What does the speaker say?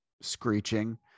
screeching